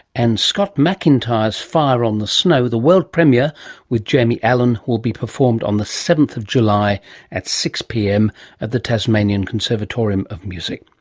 and scott mcintyre's fire on the snow, the world premiere with jamie allen will be performed on the seventh july at six pm at the tasmanian conservatorium of music.